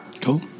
Cool